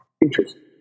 Interesting